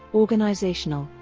organizational,